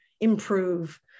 improve